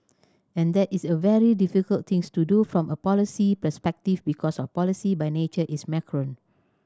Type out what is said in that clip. and that is a very difficult thing to do from a policy perspective because policy by nature is macro